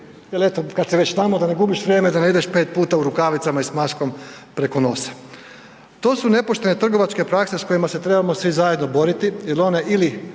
jel eto kada si već tamo da ne gubiš vrijeme da ne ideš pet puta u rukavicama i s maskom preko nosa. To su nepoštene trgovačke prakse s kojima se trebamo svi zajedno boriti jel one ili